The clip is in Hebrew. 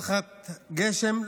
תחת גשם,